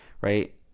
right